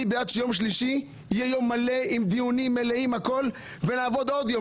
אני בעד זה שיום שלישי יהיה יום מלא עם דיונים מלאים ונעבוד עוד יום.